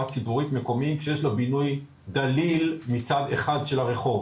ציבורית מקומי כשיש לו בינוי דליל מצד אחד של הרחוב.